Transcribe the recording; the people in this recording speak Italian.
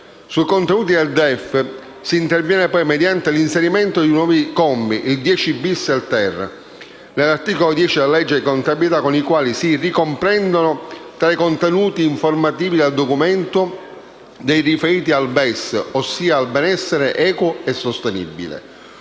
Sui contenuti del DEF si interviene poi mediante l'inserimento di due nuovi commi (10-*bis* e 10-*ter*) nell'articolo 10 della legge di contabilità, con i quali si ricomprendono tra i contenuti informativi del documento quelli riferiti al BES, ossia al benessere equo e sostenibile.